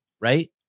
right